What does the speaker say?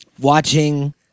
watching